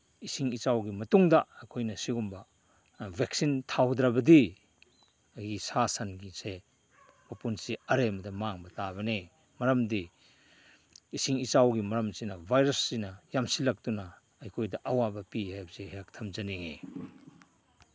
ꯏꯁꯤꯡ ꯏꯆꯥꯎꯒꯤ ꯃꯇꯨꯡꯗ ꯑꯩꯈꯣꯏꯅ ꯁꯨꯒꯨꯝꯕ ꯚꯦꯛꯁꯤꯟ ꯊꯥꯍꯧꯗ꯭ꯔꯕꯗꯤ ꯑꯩꯈꯣꯏꯒꯤ ꯁꯥ ꯁꯟꯒꯤꯁꯦ ꯃꯄꯨꯟꯁꯤ ꯑꯔꯦꯝꯕꯗ ꯃꯥꯡꯕ ꯇꯥꯕꯅꯦ ꯃꯔꯝꯗꯤ ꯏꯁꯤꯡ ꯏꯆꯥꯎꯒꯤ ꯃꯔꯝꯁꯤꯅ ꯚꯥꯏꯔꯁꯁꯤꯅ ꯌꯥꯝꯁꯤꯜꯂꯛꯇꯨꯅ ꯑꯩꯈꯣꯏꯗ ꯑꯋꯥꯕ ꯄꯤ ꯍꯥꯏꯕꯁꯤ ꯑꯩꯍꯥꯛ ꯊꯝꯖꯅꯤꯡꯉꯤ